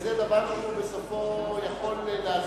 וזה דבר שהוא בסופו יכול להזיק,